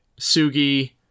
Sugi